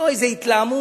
ולא איזו התלהמות.